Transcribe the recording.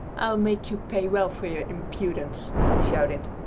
i'll make you pay well for your impudence! he shouted.